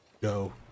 go